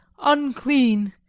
unclean!